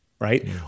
right